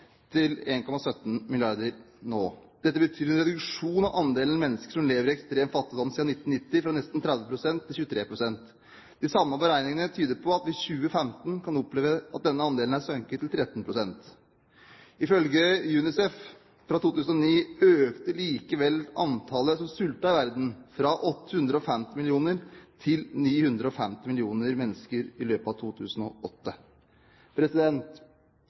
til 1,17 milliarder nå. Dette betyr en reduksjon av andelen mennesker som lever i ekstrem fattigdom, siden 1990 fra nesten 30 pst. til 23 pst. De samme beregningene tyder på at vi i 2015 kan oppleve at denne andelen er sunket til 13 pst. Ifølge UNICEF fra 2009 økte likevel antallet som sultet i verden fra 850 millioner til 950 millioner mennesker i løpet av 2008.